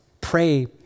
pray